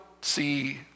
see